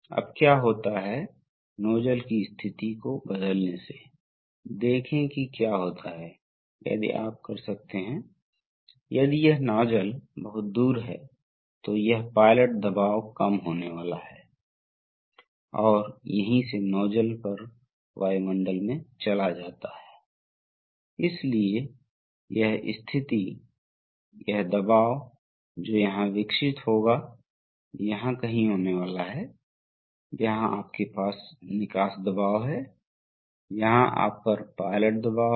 अब क्या होता है जब हम रिट्रैक्शन करना चाहते हैं जब हम रिट्रैक्शन करना चाहते हैं तो हम इस सोलेनोइड को संचालित करेंगे जब हम इस सोलेनोइड को संचालित करेंगे तो अब क्या होता है आइए मैं एक अलग रंग नीले रंग चुनता हूं इसलिए रिट्रैक्शन के दौरान अब यह रेखा B पंप से जुड़ी हुई है तो यह कैसे बहती है इसलिए यह इस पथ और इस मार्ग से बहती है और अब यह चेक वाल्व तक बहती है यह मुफ़्त दिशा है यह अभी भी बंद है यह अभी भी हो सकता है जो इसका मतलब है कि यह लाइन बंद है